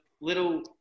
little